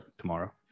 tomorrow